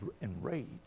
enraged